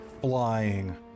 flying